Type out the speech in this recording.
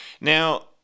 Now